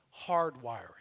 hardwiring